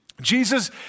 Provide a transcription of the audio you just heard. Jesus